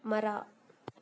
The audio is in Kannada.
ಮರ